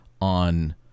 on